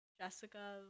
Jessica